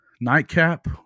nightcap